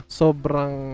sobrang